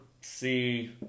see